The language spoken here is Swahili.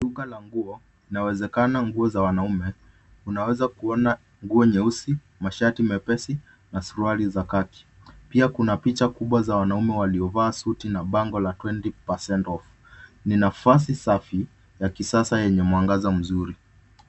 Duka la nguo, inawezekana nguo za wanaume. Unawezakuona nguo nyeusi, mashati mepesi na suruali za khaki . Pia kuna picha kubwa za wanaume waliovaa suti na bango la 20% off .Ni nafasi safi ya kisasa yenye mwangaza mzuri.